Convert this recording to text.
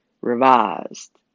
revised